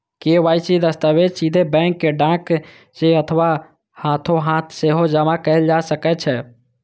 KYC दस्तावेज सीधे bank कें डाक सं अथवा हाथोहाथ सेहो जमा कैल जा सकै छै